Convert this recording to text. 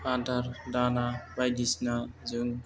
आदार दाना बायदिसिना जों